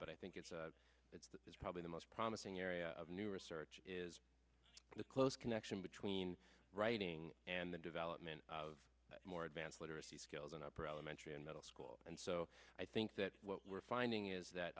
but i think it's it's this is probably the most promising area of new research is this close connection between writing and the development of more advanced literacy skills in upper elementary and middle school and so i think that what we're finding is that